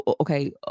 okay